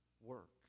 work